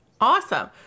Awesome